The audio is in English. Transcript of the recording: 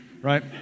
Right